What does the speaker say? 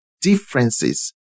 differences